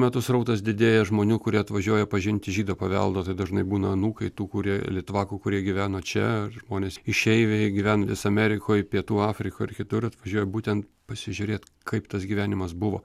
metu srautas didėja žmonių kurie atvažiuoja pažinti žydų paveldo tai dažnai būna anūkai tų kurie litvakų kurie gyveno čia žmonės išeiviai gyvenantys amerikoj pietų afrikoj ar kitur atvažiuoja būtent pasižiūrėt kaip tas gyvenimas buvo